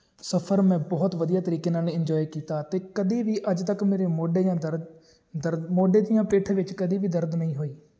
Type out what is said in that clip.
ਸਫ਼ਰ ਮੈਂ ਬਹੁਤ ਵਧੀਆ ਤਰੀਕੇ ਨਾਲ ਇੰਜੋਏ ਕੀਤਾ ਅਤੇ ਕਦੇ ਵੀ ਅੱਜ ਤੱਕ ਮੇਰੇ ਮੋਢੇ ਜਾਂ ਦਰਦ ਦਰਦ ਮੋਢੇ ਦੀਆਂ ਪਿੱਠ ਵਿੱਚ ਕਦੇ ਵੀ ਦਰਦ ਨਹੀਂ ਹੋਈ